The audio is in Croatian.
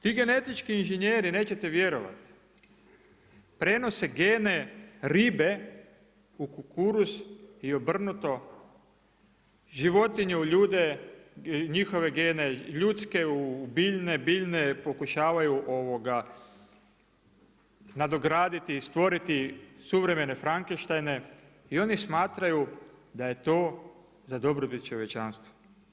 Ti genetički inženjeri neće vjerovati, prenose gene ribe u kukuruz i obrnuto, životinju u ljude, njihove gene, ljudske u biljne, biljne pokušavaju nadograditi, stvoriti suvremene Frankensteine, i oni smatraju da je to za dobrobit čovječanstva.